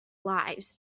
lives